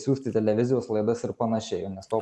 siųst į televizijos laidas ir panašiai nes to